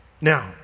Now